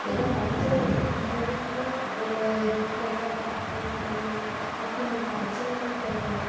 ஏதோ அர்ஜெண்டுக்கு நம்ம வீட்டில் ஒரு வெங்காயமோ தக்காளியோ மொளையும் அப்போ நம்மளுக்கு அர்ஜெண்டுக்கு அது தேவைப்படும்